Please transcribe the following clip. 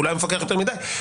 אולי מפקח יותר מדי.